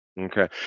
Okay